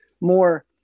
more